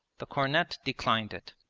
the cornet declined it.